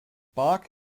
bach